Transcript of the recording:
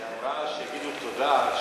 שהיא אמרה שיגידו תודה,